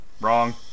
Wrong